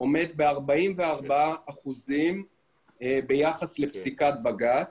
עומד ב-44% ביחס לפסיקת בג"ץ,